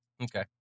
Okay